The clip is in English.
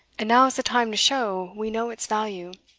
and now is the time to show we know its value.